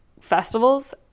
festivals